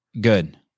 Good